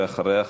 ואחריה,